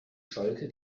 schalke